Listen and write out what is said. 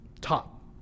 top